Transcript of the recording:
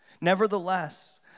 Nevertheless